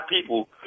people